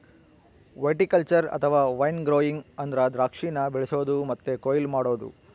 viticulture ಅಥವಾ wine growing ಅಂದ್ರ ದ್ರಾಕ್ಷಿನ ಬೆಳಿಸೊದು ಮತ್ತೆ ಕೊಯ್ಲು ಮಾಡೊದು